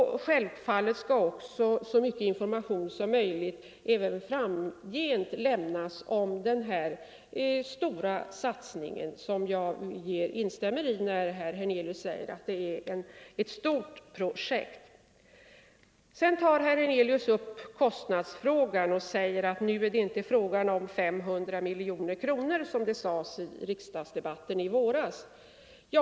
Självfallet skall så mycket information som möjligt lämnas även framgent om detta projekt, som jag håller med herr Hernelius om är stort. Herr Hernelius tar sedan upp kostnadsfrågan och säger att det inte rör sig om 500 miljoner kronor, som det sades under riksdagsdebatten i våras.